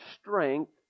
strength